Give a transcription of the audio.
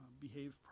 behave